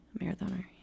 Marathoner